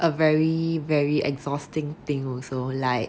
a very very exhausting thing also like